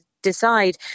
decide